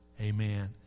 Amen